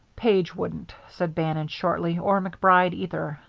page wouldn't, said bannon, shortly, or macbride, neither.